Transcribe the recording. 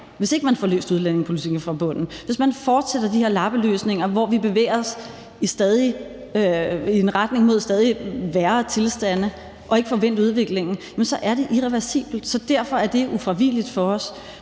Hvis man ikke får løst udlændingepolitikken fra bunden, hvis man fortsætter med de her lappeløsninger, hvor vi bevæger os i en retning mod stadig værre tilstande og ikke får vendt udviklingen, er skaderne irreversible. Derfor er det ufravigeligt for os.